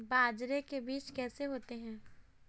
बाजरे के बीज कैसे होते हैं?